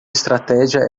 estratégia